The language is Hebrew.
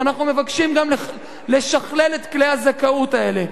אנחנו מבקשים גם לשכלל את כלי הזכאות האלה.